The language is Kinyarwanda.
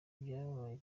byarabaye